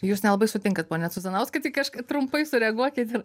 jūs nelabai sutinkat pone cuzanauskai tik aš trumpai sureaguokit ir